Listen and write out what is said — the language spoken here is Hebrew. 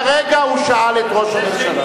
כרגע, הוא שאל את ראש הממשלה.